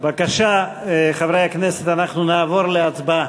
בבקשה, חברי הכנסת, אנחנו נעבור להצבעה.